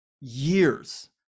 years